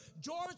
George